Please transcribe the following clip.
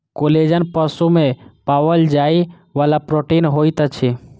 collagen पशु में पाओल जाइ वाला प्रोटीन होइत अछि